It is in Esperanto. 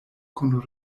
kun